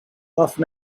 half